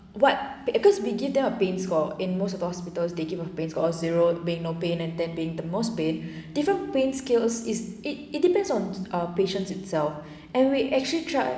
what because we give them a pain score in most of the hospitals they give a pain score oh zero pain no pain and ten being the most pain different pain scales is it it depends on uh patient itself and we actually tried